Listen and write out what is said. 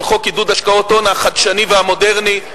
חוק עידוד השקעות הון החדשני והמודרני,